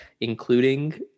including